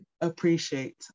appreciate